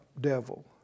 devil